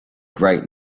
bright